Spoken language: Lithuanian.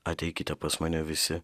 ateikite pas mane visi